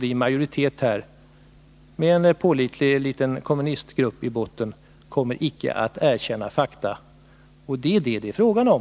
Men den majoritet som här kommer att finnas, med en pålitlig liten kommunistgrupp i botten, kommer icke att erkänna fakta — och det är det som det är fråga om.